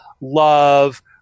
love